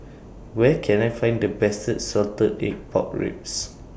Where Can I Find The Best Salted Egg Pork Ribs